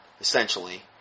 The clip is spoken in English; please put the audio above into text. essentially